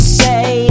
say